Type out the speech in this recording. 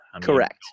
Correct